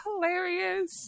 hilarious